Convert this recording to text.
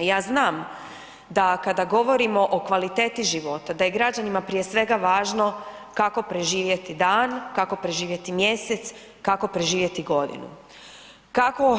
Ja znam da kada govorimo o kvaliteti života da je građanima prije svega važno kako preživjeti dan, kako preživjeti mjesec, kako preživjeti godinu, kako